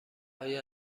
آیا